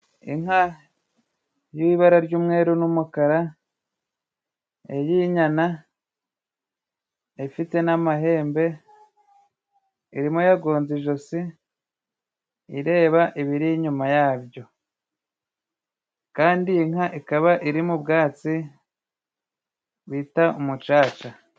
Inka y'ibara ry'umweru n'umukara, iyi nyana ifite n'amahembe, irimo yagonze ijosi ireba ibiri inyuma yabyo, kandi iyi nka ikaba irimo ubwatsi bita umucaca.